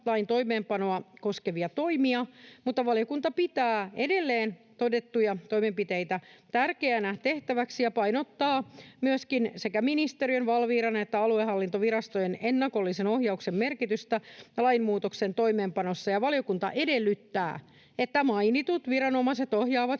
lain toimeenpanoa koskevia toimia, mutta valiokunta pitää edelleen todennettuja toimenpiteitä tärkeänä tehtäviksi ja painottaa myöskin sekä ministeriön, Valviran että aluehallintovirastojen ennakollisen ohjauksen merkitystä lainmuutoksen toimeenpanossa. Valiokunta edellyttää, että mainitut viranomaiset ohjaavat